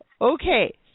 Okay